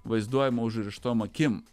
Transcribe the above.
vaizduojama užrištom akim